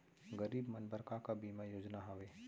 गरीब मन बर का का बीमा योजना हावे?